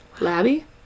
Labby